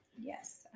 Yes